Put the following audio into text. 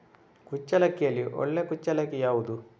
ಕುಚ್ಚಲಕ್ಕಿಯಲ್ಲಿ ಒಳ್ಳೆ ಕುಚ್ಚಲಕ್ಕಿ ಯಾವುದು?